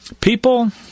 People